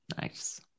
Nice